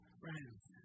friends